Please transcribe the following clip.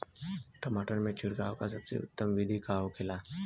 टमाटर में छिड़काव का सबसे उत्तम बिदी का होखेला?